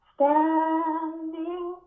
Standing